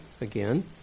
again